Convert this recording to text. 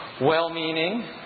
well-meaning